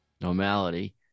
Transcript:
Normality